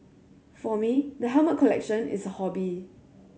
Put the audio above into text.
for me the helmet collection is a hobby